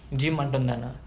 gym மட்டுந்தானா:mattunthaanaa